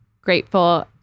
grateful